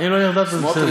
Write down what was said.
אם לא נרדמת, אז בסדר.